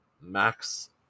max